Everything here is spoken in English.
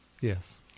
yes